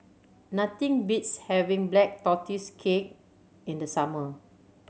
nothing beats having Black Tortoise Cake in the summer